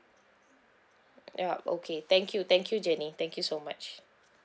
yup okay thank you thank you janie thank you so much